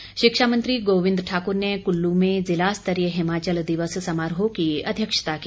कुल्लू दिवस शिक्षा मंत्री गोविंद ठाकुर ने कुल्लू में ज़िला स्तरीय हिमाचल दिवस समारोह की अध्यक्षता की